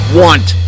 want